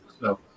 No